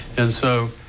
and so